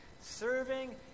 serving